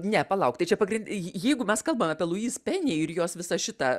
ne palauk tai čia pagrin jeigu mes kalbam apie lujis peni ir jos visą šitą